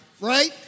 right